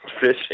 fishing